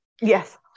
Yes